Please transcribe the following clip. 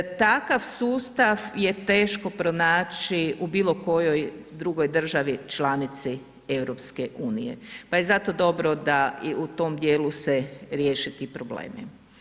Takav sustav je teško pronaći u bilo kojoj drugoj državi članici EU, pa je zato dobro da i u tom dijelu se riješe ti problemi.